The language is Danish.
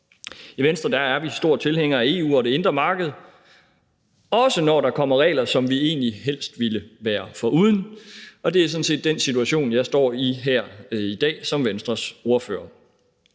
I Venstre er vi store tilhængere af EU og det indre marked, også når der kommer regler, som vi egentlig helst ville være foruden, og det er sådan set den situation, jeg står i her i dag som Venstres ordfører.